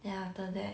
then after that